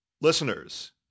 Listeners